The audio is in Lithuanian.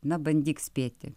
na bandyk spėti